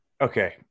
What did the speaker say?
okay